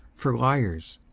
for liars,